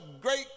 great